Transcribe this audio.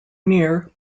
near